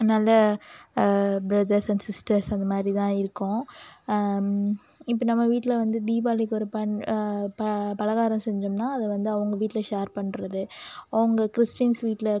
நல்ல brothers and sisters அதை மாதிரி தான் இருக்கோம் இப்போ நம்ம வீட்டில் வந்து தீபாவளிக்கு ஒரு பலகாரம் செஞ்சோம்ன்னா அது வந்து அவங்க வீட்டில் ஷேர் பண்ணுறது அவங்க கிறிஸ்டின்ஸ் வீட்டில்